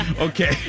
okay